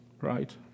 Right